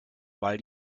weil